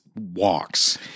walks